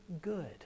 good